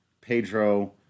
Pedro